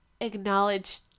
acknowledge